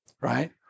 right